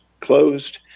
closed